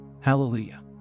Hallelujah